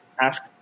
ask –